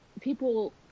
People